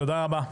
תודה רבה.